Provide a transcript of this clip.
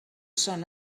són